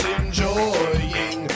enjoying